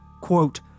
quote